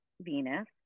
Venus